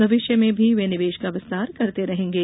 भविष्य में भी वे निवेश का विस्तार करते रहेंगे